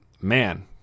man